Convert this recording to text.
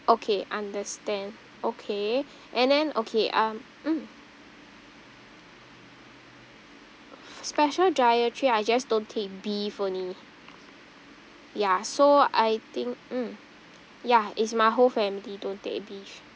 okay understand okay and then okay um mm special dietary I just don't take beef only ya so I think mm ya is my whole family don't take beef